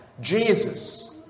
Jesus